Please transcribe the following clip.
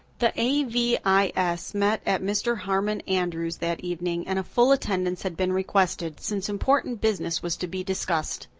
the a v i s. met at mr. harmon andrews' that evening and a full attendance had been requested, since important business was to be discussed.